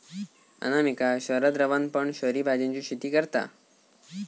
अनामिका शहरात रवान पण शहरी भाज्यांची शेती करता